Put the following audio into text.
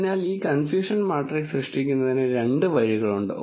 അതിനാൽ ഈ confusion matrix സൃഷ്ടിക്കുന്നതിന് രണ്ട് വഴികളുണ്ട്